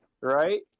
Right